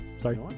Sorry